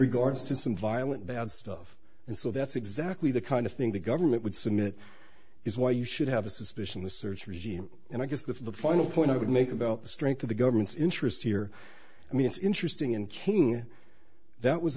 regards to some violent bad stuff and so that's exactly the kind of thing the government would submit is why you should have a suspicion the search regime and i guess the final point i would make about the strength of the government's interest here i mean it's interesting and king that was